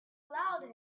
allowed